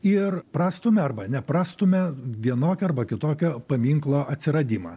ir prastumia arba neprastumia vienokio arba kitokio paminklo atsiradimą